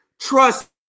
trust